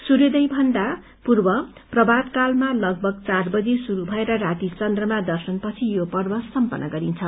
सूर्योदयभन्दा पूर्व लगभग चार बजी शुरू भएर राती चन्द्रमा दर्शनपछि यो पर्व सम्पन्न गरिन्छ